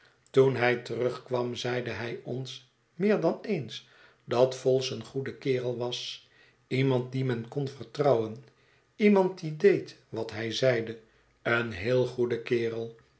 toen hij terugkwam zeide hij ons meer dan eens dat vholes een goede kerel was iemand dien men kon vertrouwen iemand die deed wat hij zeide een heel goede kerel